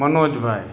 Manojbhai